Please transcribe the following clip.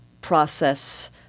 process